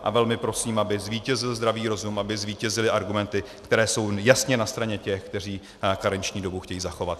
A velmi prosím, aby zvítězil zdravý rozum, aby zvítězily argumenty, které jsou jasně na straně těch, kteří karenční dobu chtějí zachovat.